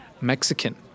Mexican